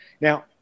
now